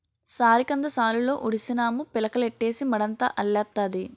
సారికంద సాలులో ఉడిసినాము పిలకలెట్టీసి మడంతా అల్లెత్తాది